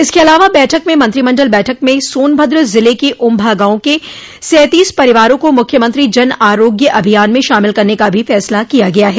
इसके अलावा बैठक में मंत्रिमंडल बैठक में सोनभद्र जिले के उभ्भा गांव के सैंतीस परिवारों को मुख्यमंत्री जन आरोग्य अभियान में शामिल करने का फैसला भी किया गया है